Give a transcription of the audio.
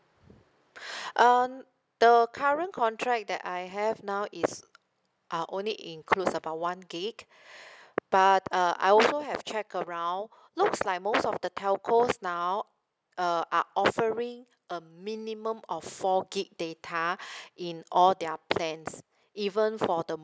um the current contract that I have now is are only includes about one gig but uh I also have check around looks like most of the telcos now uh are offering a minimum of four gig data in all their plans even for the